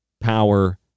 power